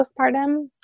postpartum